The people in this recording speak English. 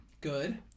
Good